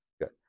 good